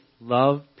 love